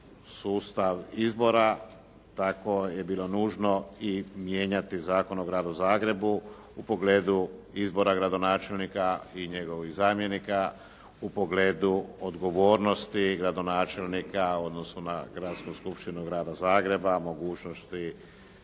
sustav izbora tako je bilo nužno i mijenjati Zakon o Gradu Zagrebu u pogledu izbora gradonačelnika i njegovih zamjenika, u pogledu odgovornosti gradonačelnika u odnosu na Gradsku skupštinu Grada Zagreba, mogućnosti